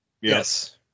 Yes